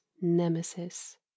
nemesis